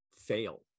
fail